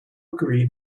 agree